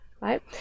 right